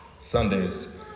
Sunday's